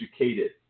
educated